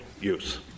use